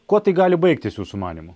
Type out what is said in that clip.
kuo tai gali baigtis jūsų manymu